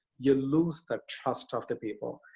you lose the trust of the people,